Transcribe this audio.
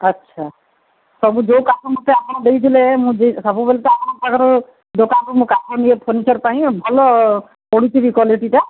ଆଚ୍ଛା ସବୁ ଯୋଉ କାଠ ମୋତେ ଆପଣ ଦେଇଥିଲେ ମୁଁ ସବୁବେଲେ ତ ଆପଣଙ୍କ ପାଖରୁ ଦୋକାନରୁ ମୁଁ ଯୋଉ କାଠ ନିଏ ଫର୍ଣ୍ଣିଚର୍ ପାଇଁ ଭଲ ପଡ଼ୁଛି ବି କ୍ୱାଲିଟିଟା